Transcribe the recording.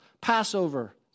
Passover